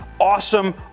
awesome